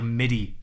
midi